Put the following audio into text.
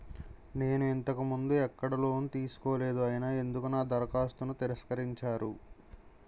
నేను ఇంతకు ముందు ఎక్కడ లోన్ తీసుకోలేదు అయినా ఎందుకు నా దరఖాస్తును తిరస్కరించారు?